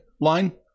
line